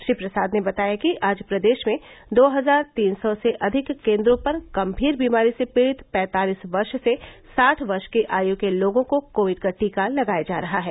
श्री प्रसाद ने बताया कि आज प्रदेश में दो हजार तीन सौ से अधिक केन्द्रों पर गम्भीर बीमारी से पीड़ित पैंतालीस वर्ष से साठ वर्ष की आयु के लोगों को कोविड का टीका लगाया जा रहा है